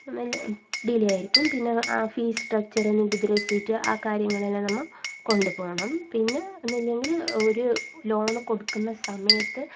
delay ആയിരിക്കും പിന്നെ ആ ഫീസ് സ്ട്രക്ച്ചറ് നികുതി റെസിപ്റ്റ് ആ കാര്യങ്ങളെല്ലാം നമ്മൾ കൊണ്ടു പോകണം പിന്നെ ഒന്നുമില്ലെങ്കിൽ ഒരു ലോണ് കൊടുക്കുന്ന സമയത്ത്